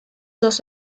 dos